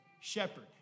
shepherd